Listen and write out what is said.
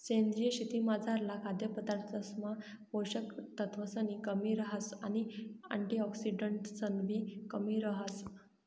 सेंद्रीय शेतीमझारला खाद्यपदार्थसमा पोषक तत्वसनी कमी रहास आणि अँटिऑक्सिडंट्सनीबी कमी रहास